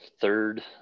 third